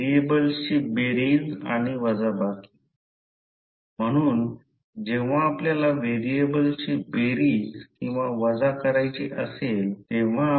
तर आता H हे कोजेटीव्ह करंट म्हणून परिभाषित केले आहे आपण नंतर कोजेटीव्ह करंट काय आहे याकडे येणार आहे फ्लक्स लाईनच्या पर युनिट लेंथ करंट जोडत आहे